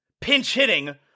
pinch-hitting